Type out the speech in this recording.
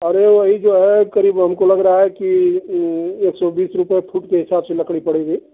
अरे वही जो है क़रीब हमको लग रहा है कि एक सौ बीस रुपये फुट के हिसाब से लकड़ी पड़ेगी